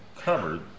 covered